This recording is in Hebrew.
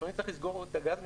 לפעמים צריך לסגור את הגז,